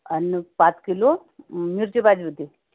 आणि पाच किलो मिरची पाहिजे होती